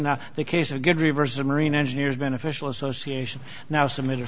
not the case a good reverse the marine engineers beneficial association now submitted